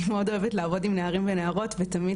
אני מאוד אוהבת לעבוד עם נערים ונערות ותמיד